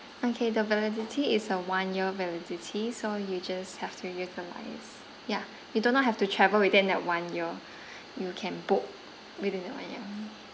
okay the validity is a one year validity so you just have to utilise ya you do not have to travel within that one year you can book within that one year